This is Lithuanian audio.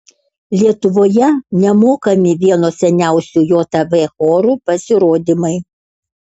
lietuvoje nemokami vieno seniausių jav chorų pasirodymai